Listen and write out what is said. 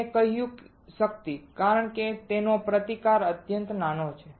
મેં કહ્યું શક્તિ કારણ કે આનો પ્રતિકાર અત્યંત નાનો છે